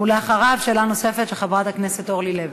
ואחריו, שאלה נוספת של חברת הכנסת אורלי לוי.